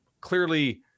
Clearly